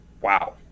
Wow